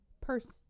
person